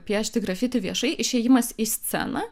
piešti grafiti viešai išėjimas į sceną